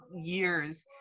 years